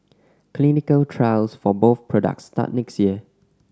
clinical trials for both products start next year